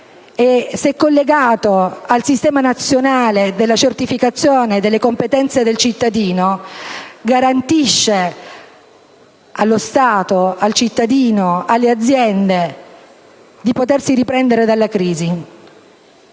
se collegato al sistema nazionale della certificazione delle competenze del cittadino, garantisce allo Stato, al cittadino, alle aziende la possibilità di riprendersi dalla crisi.